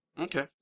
Okay